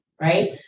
right